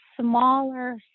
smaller